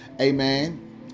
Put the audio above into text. amen